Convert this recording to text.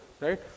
right